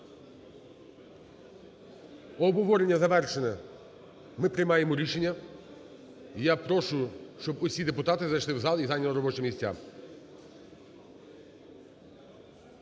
Обговорення завершено. Ми приймаємо рішення. І я прошу, щоб всі депутати зайшли в зал і зайняли робочі місця.